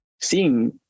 seeing